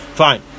Fine